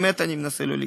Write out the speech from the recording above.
ובאמת אני מנסה שלא להיכנס,